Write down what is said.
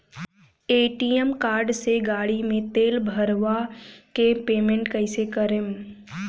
ATM card से गाड़ी मे तेल भरवा के पेमेंट कैसे करेम?